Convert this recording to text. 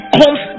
comes